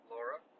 Laura